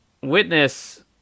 witness